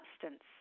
substance